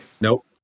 Nope